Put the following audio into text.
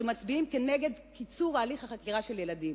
שמצביעים כנגד קיצור הליך החקירה של ילדים.